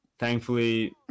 Thankfully